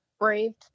Braved